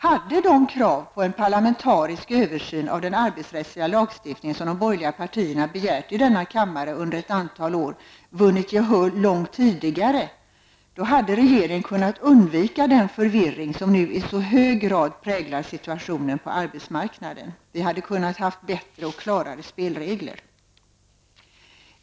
Hade de krav på en parlamentarisk översyn av den arbetsrättsliga lagstiftningen som de borgerliga partierna har begärt i denna kammare under ett antal år vunnit gehör långt tidigare, hade regeringen kunnat undvika den förvirring som nu i så hög grad präglar situationen på arbetsmarknaden. Vi hade haft bättre och klarare spelregler.